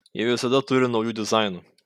ji visada turi naujų dizainų